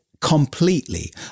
completely